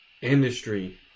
industry